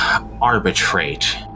arbitrate